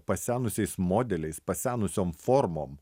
pasenusiais modeliais pasenusiom formom